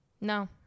no